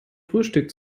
frühstück